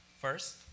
first